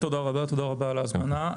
תודה רבה על ההזמנה.